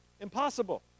Impossible